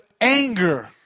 anger